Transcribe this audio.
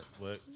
work